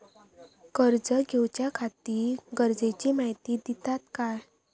कर्ज घेऊच्याखाती गरजेची माहिती दितात काय?